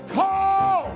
call